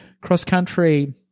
cross-country